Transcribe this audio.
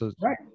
right